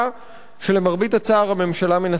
שלמרבה הצער הממשלה מנסה לקדם.